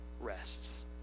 rests